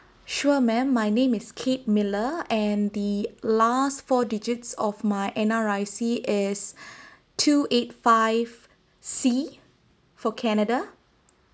sure ma'am my name is kate miller and the last four digits of my N_R_I_C is two eight five C for canada